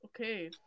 Okay